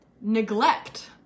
neglect